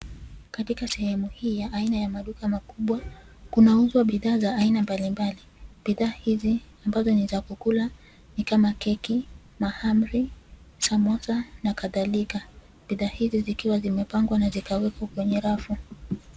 Katika sehemu hii ya aina ya maduka makubwa kunauzwa bidhaa za aina mbali mbali. Bidhaa hizi ambazo ni za kukula ni kama keki ,mahamri, samosa na kadhalika. Bidhaa hizi zikiwa zimepangwa na zikawekwa kwenye rafu.